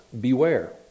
Beware